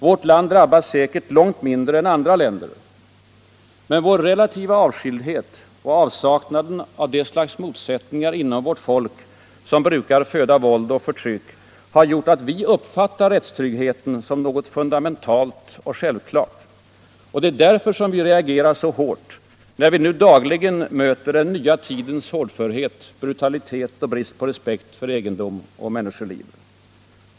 Vårt land drabbas säkert långt mindre än andra länder. Men vår relativa avskildhet och avsaknaden av det slags motsättningar inom vårt folk som brukar föda våld och förtryck har gjort att rättstrygghet uppfattas som något fundamentalt och självklart. Därför reagerar vi hårt, när vi nu dagligen möter den nya tidens hårdförhet, brutalitet och brist på respekt för egendom och människoliv.